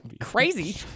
Crazy